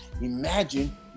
imagine